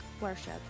worship